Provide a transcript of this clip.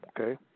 Okay